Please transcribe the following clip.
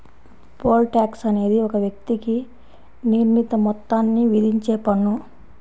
pole tax అనేది ఒక వ్యక్తికి నిర్ణీత మొత్తాన్ని విధించే పన్ను